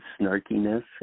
snarkiness